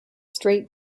straight